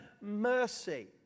mercy